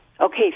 Okay